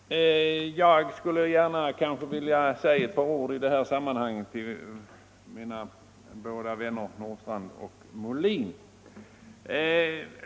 Herr talman! Jag skulle gärna i detta sammanhang vilja säga ett 'par ord till mina båda vänner herrar Nordstrandh och Molin.